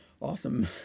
awesome